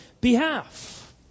behalf